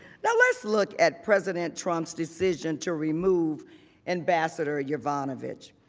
let's look at president trump's decision to remove ambassador yovanovitch.